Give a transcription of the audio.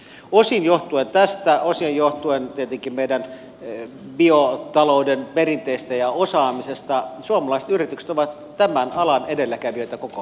osin johtuen tästä osin johtuen tietenkin meidän biotalouden perinteestä ja osaamisesta suomaiset yritykset ovat tämän alan edelläkävijöitä koko maailmassa